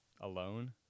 Alone